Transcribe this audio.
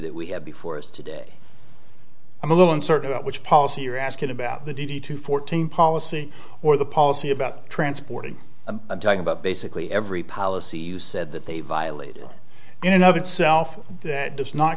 that we have before us today i'm a little uncertain about which policy you're asking about the d d to fourteen policy or the policy about transporting a drug about basically every policy you said that they violated in another itself that does not